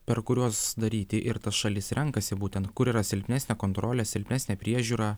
per kuriuos daryti ir tas šalis renkasi būtent kur yra silpnesnė kontrolė silpnesnė priežiūra